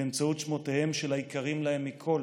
באמצעות שמותיהם של היקרים להם מכול,